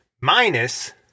minus